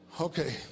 Okay